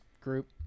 group